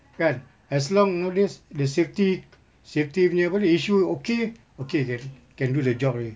kan as long nowadays the safety safety punya apa issue okay okay jadi can do the job already